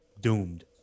doomed